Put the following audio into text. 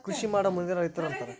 ಕೃಷಿಮಾಡೊ ಮಂದಿನ ರೈತರು ಅಂತಾರ